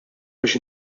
biex